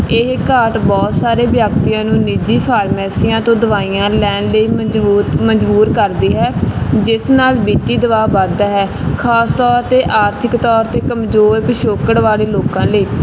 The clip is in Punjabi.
ਇਹ ਘਾਟ ਬਹੁਤ ਸਾਰੇ ਵਿਅਕਤੀਆਂ ਨੂੰ ਨਿੱਜੀ ਫਾਰਮੈਸੀਆਂ ਤੋਂ ਦਵਾਈਆਂ ਲੈਣ ਲਈ ਮਜਬੂਤ ਮਜ਼ਬੂਰ ਕਰਦੀ ਹੈ ਜਿਸ ਨਾਲ ਵਿੱਤੀ ਦਬਾਅ ਵੱਧਦਾ ਹੈ ਖਾਸ ਤੌਰ 'ਤੇ ਆਰਥਿਕ ਤੌਰ 'ਤੇ ਕਮਜ਼ੋਰ ਪਿਛੋਕੜ ਵਾਲੇ ਲੋਕਾਂ ਲਈ